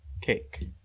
cake